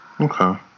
Okay